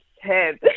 head